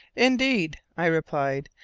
indeed, i replied,